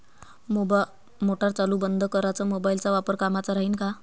Motor चालू बंद कराच मोबाईलचा वापर कामाचा राहीन का?